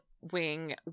Wing